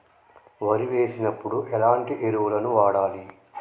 వరి వేసినప్పుడు ఎలాంటి ఎరువులను వాడాలి?